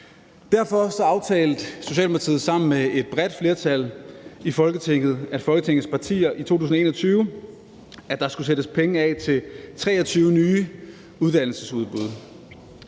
Derfor aftalte Socialdemokratiet sammen med et bredt flertal af Folketingets partier i 2021, at der skulle sættes penge af til 23 nye uddannelsesudbud.